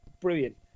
Brilliant